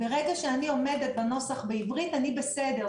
ברגע שאני עומדת בנוסח בעברית אני בסדר.